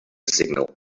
signal